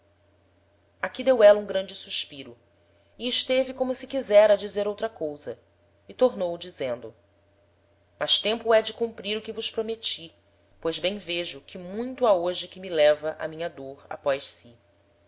aqui deu éla um grande suspiro e esteve como se quisera dizer outra cousa e tornou dizendo mas tempo é de cumprir o que vos prometi pois bem vejo que muito ha hoje que me leva a minha dôr após si